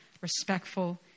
respectful